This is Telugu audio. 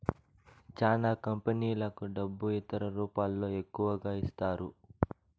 చానా కంపెనీలకు డబ్బు ఇతర రూపాల్లో ఎక్కువగా ఇస్తారు